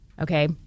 Okay